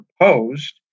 proposed